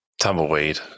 Tumbleweed